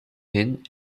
hin